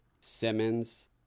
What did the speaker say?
Simmons